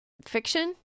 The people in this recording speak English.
Fiction